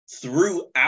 throughout